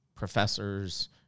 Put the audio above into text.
professors